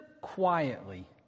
quietly